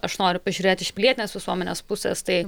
aš noriu pažiūrėt iš pilietinės visuomenės pusės tai